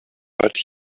but